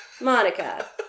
Monica